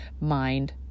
mind